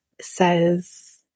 says